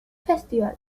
festival